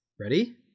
Ready